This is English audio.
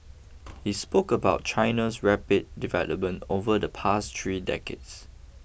he spoke about China's rapid development over the past three decades